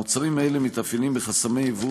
המוצרים האלה מתאפיינים בחסמי ייבוא